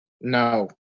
No